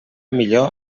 millor